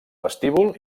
vestíbul